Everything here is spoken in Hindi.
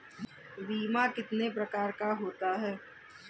बीमा कितने प्रकार का होता है?